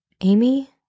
Amy